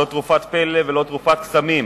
לא תרופת פלא ולא תרופת קסמים,